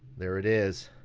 there it is